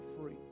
free